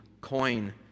coin